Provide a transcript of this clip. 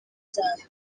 zabo